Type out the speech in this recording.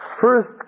first